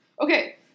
Okay